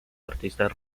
artistas